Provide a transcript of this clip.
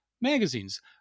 magazines